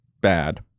bad